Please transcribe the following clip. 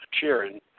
cheering